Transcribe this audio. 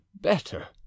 better